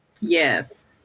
Yes